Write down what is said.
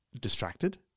distracted